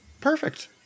Perfect